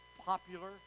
popular